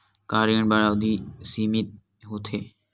का ऋण बर अवधि सीमित होथे?